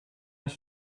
his